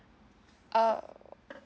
oh